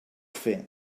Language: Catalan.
fer